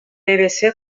pvc